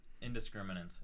indiscriminate